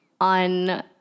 on